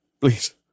Please